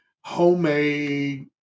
homemade